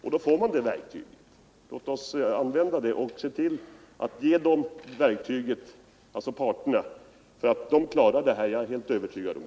Då får parterna ett verktyg som kan användas, och då är jag helt övertygad om att arbetsmarknadsparterna klarar upp dessa frågor.